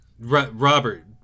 Robert